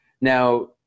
Now